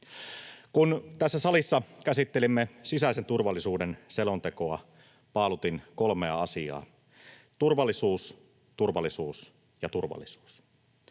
Kun tässä salissa käsittelimme sisäisen turvallisuuden selontekoa, paalutin kolme asiaa: turvallisuus, turvallisuus ja turvallisuus.